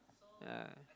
yeah